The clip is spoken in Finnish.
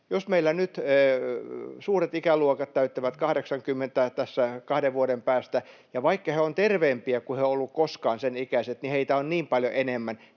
jos meillä nyt suuret ikäluokat täyttävät 80 tässä kahden vuoden päästä, ja vaikka he ovat terveempiä kuin sen ikäiset ovat koskaan olleet, niin heitä on niin paljon enemmän,